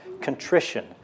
contrition